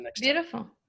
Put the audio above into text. Beautiful